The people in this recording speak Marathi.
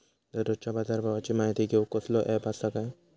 दररोजच्या बाजारभावाची माहिती घेऊक कसलो अँप आसा काय?